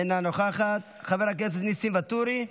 אינה נוכחת, חבר הכנסת ניסים ואטורי,